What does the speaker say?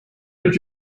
did